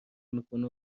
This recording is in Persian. میکنه